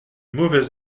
mauvaise